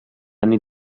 anni